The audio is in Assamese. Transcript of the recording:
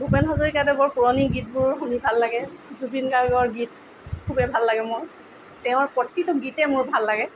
ভূপেন হাজৰিকাদেৱৰ পুৰণি গীতবোৰ শুনি ভাল লাগে জুবিন গাৰ্গৰ গীত খুবেই ভাল লাগে মোৰ তেওঁৰ প্ৰতিটো গীতেই মোৰ ভাল লাগে